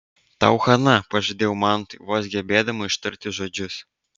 tau chana pažadėjau mantui vos gebėdama ištarti žodžius